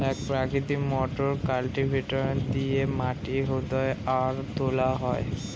এক প্রকৃতির motor cultivator দিয়ে মাটি হুদা আর তোলা হয়